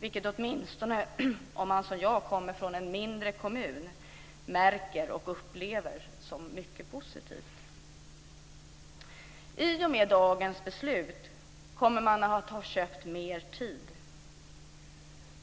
vilket man åtminstone om man, som jag, kommer från en mindre kommun märker och upplever som mycket positivt. I och med dagens beslut kommer man att ha köpt mer tid.